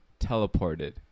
teleported